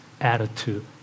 attitude